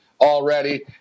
already